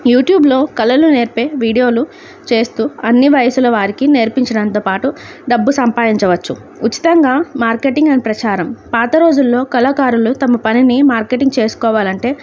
యూట్యూబలో కళలు నేర్పే వీడియోలు చేస్తూ అన్ని వయసుల వారికి నేర్పించడంతో పాటు డబ్బు సంపాదించవచ్చు ఉచితంగా మార్కెటింగ్ అండ్ ప్రచారం పాత రోజుల్లో కళాకారులు తమ పనిని మార్కెటింగ్ చేసుకోవాలంటే